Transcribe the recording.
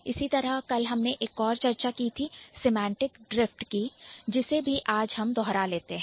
इसी तरह कल हमने एक और चर्चा की थी Semantic Drift सेमांटिक ड्रिफ्ट जिसे भी आज हम दोहरा लेते हैं